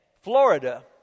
Florida